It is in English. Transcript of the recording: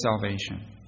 salvation